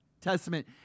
Testament